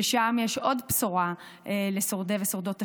ושם יש עוד בשורה לשורדי ושורדות השואה.